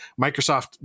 Microsoft